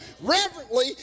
reverently